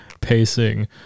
pacing